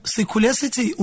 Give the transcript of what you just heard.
Secularity